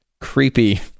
creepy